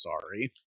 sorry